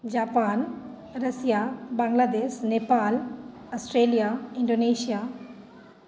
Japan Russia Bangladesh Nepal Australia Indonesia